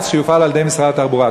שיופעלו על-ידי משרד התחבורה.